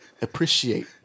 Appreciate